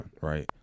right